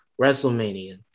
WrestleMania